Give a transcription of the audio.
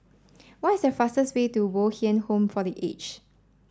what is the fastest way to Bo Tien Home for the Aged